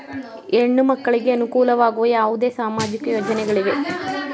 ಹೆಣ್ಣು ಮಕ್ಕಳಿಗೆ ಅನುಕೂಲವಾಗುವ ಯಾವುದೇ ಸಾಮಾಜಿಕ ಯೋಜನೆಗಳಿವೆಯೇ?